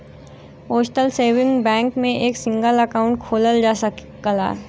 postal saving bank में एक single account खोलल जा सकला